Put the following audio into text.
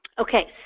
Okay